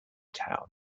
town